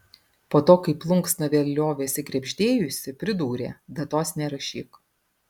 po to kai plunksna vėl liovėsi krebždėjusi pridūrė datos nerašyk